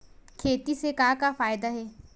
खेती से का का फ़ायदा हे?